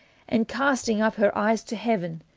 and casting up her eyes to heaven,